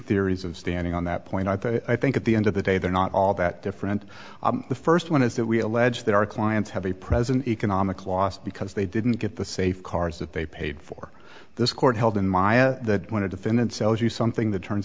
theories of standing on that point i think at the end of the day they're not all that different the first one is that we allege that our clients have a present economic loss because they didn't get the safeguards that they paid for this court held in maya that when a defendant sells you something that turns